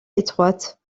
étroites